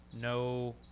no